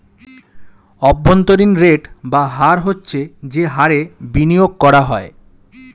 অভ্যন্তরীণ রেট বা হার হচ্ছে যে হারে বিনিয়োগ করা হয়